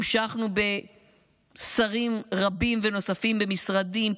המשכנו בשרים רבים ונוספים במשרדים,